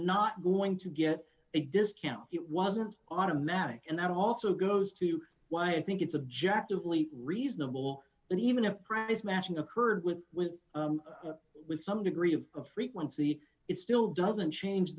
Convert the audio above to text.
not going to get a discount it wasn't automatic and that also goes as to why i think it's objective leap reasonable and even if premise matching occurred with with with some degree of frequency it still doesn't change